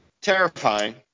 Terrifying